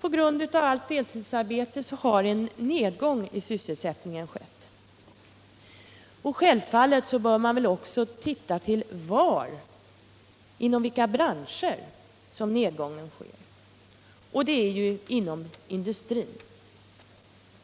På grund av allt deltidsarbete har en nedgång i sysselsättningen skett. Självfallet bör man också ta hänsyn till inom vilka branscher nedgången skett. Det är ju inom industrin,